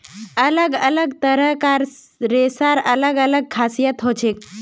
अलग अलग तरह कार रेशार अलग अलग खासियत हछेक